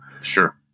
Sure